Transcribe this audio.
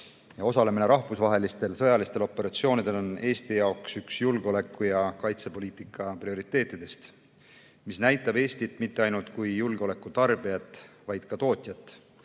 Osalemine rahvusvahelistel sõjalistel operatsioonidel on Eesti jaoks üks julgeoleku- ja kaitsepoliitika prioriteetidest, mis näitab Eestit mitte ainult kui julgeoleku tarbijat, vaid ka tootjat,